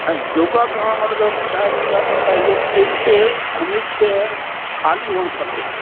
हा योगा करण महिल छा थींदो आहे त पंहिंजो पेट हमेशह खाली हुअणु खपे